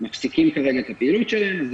מפסיקים כרגע את הפעילות שלהם.